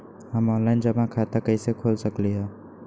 हम ऑनलाइन जमा खाता कईसे खोल सकली ह?